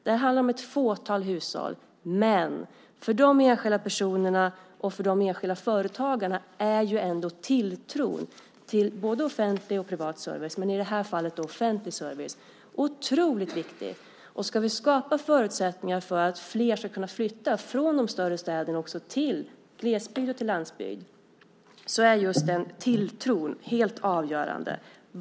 Det handlar om ett fåtal hushåll, men för de enskilda personerna och för de enskilda företagarna är ändå tilltron till både offentlig och privat service, men i det här fallet offentlig service, otroligt viktig. Och ska vi skapa förutsättningar för att fler ska kunna flytta från de större städerna till glesbygd och till landsbygd är just den tilltron helt avgörande.